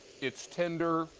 it's tender,